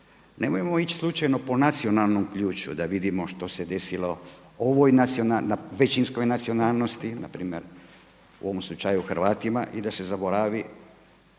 nemojmo ići slučajno po nacionalnom ključu da vidimo što se desilo na većinskoj nacionalnosti, na primjer u ovom slučaju Hrvatima i da se zaboravi